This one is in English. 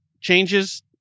changes